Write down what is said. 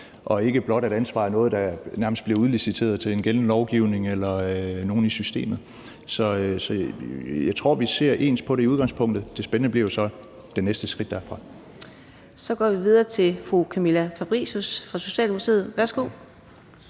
ikke bare er noget, der nærmest bliver udliciteret til en gældende lovgivning eller nogen i systemet. Så jeg tror, vi ser ens på det i udgangspunktet; det spændende bliver jo så det næste skridt derfra. Kl. 15:25 Fjerde næstformand (Karina Adsbøl): Så går